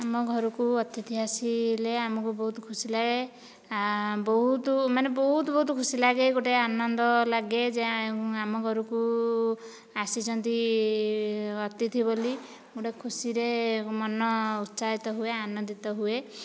ଆମ ଘରକୁ ଅତିଥି ଆସିଲେ ଆମକୁ ବହୁତ୍ ଖୁସି ଲାଗେ ବହୁତ ମାନେ ବହୁତ୍ ବହୁତ୍ ଖୁସି ଲାଗେ ଗୋଟେ ଆନନ୍ଦ ଲାଗେ ଯେ ଆମ ଘରକୁ ଆସିଛନ୍ତି ଅତିଥି ବୋଲି ଗୋଟେ ଖୁସିରେ ମନ ଉତ୍ସାହିତ ହୁଏ ଆନନ୍ଦିତ ହୁଏ